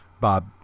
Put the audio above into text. Bob